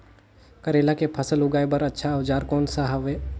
करेला के फसल उगाई बार अच्छा औजार कोन सा हवे?